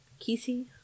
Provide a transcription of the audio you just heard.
kissy